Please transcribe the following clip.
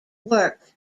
work